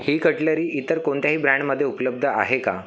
ही cutlery इतर कोणत्याही ब्रँडमध्ये उपलब्ध आहे का